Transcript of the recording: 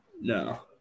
No